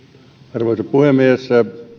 arvoisa puhemies